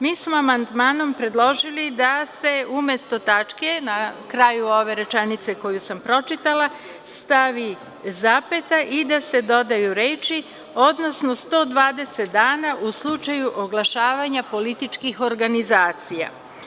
Mi smo amandmanom predložili da se umesto tačke na kraju ove rečenice koju sam pročitala stavi i zapeta i da se dodaju reči - odnosno 120 dana u slučaju oglašavanja političkih organizacija.